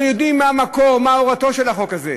אנחנו יודעים מה המקור, מה הורתו של החוק הזה,